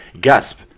Gasp